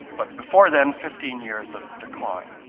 but before then, fifteen years of decline.